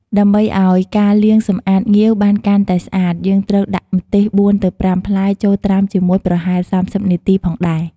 ដើម្បីឲ្យការលាងសម្អាតងាវបានកាន់តែស្អាត យើងត្រូវដាក់ម្ទេស៤ឬ៥ផ្លែចូលត្រាំជាមួយប្រហែល៣០នាទីផងដែរ។